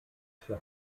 für